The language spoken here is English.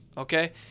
Okay